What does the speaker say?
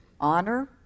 honor